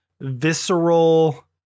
visceral